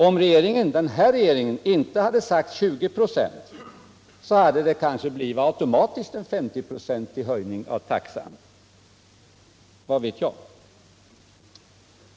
Om den här regeringen inte sagt 20 96 hade det kanske automatiskt blivit 50-procentiga höjningar — vad vet jag.